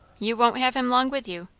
you won't have him long with you.